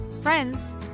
friends